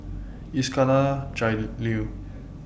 Iskandar Jalil